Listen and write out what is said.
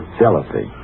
jealousy